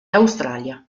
australia